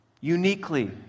uniquely